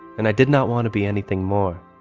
and i did not want to be anything more.